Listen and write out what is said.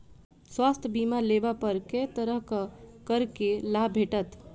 स्वास्थ्य बीमा लेबा पर केँ तरहक करके लाभ भेटत?